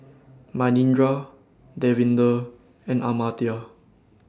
Manindra Davinder and Amartya